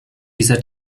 dieser